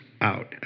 out